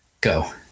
go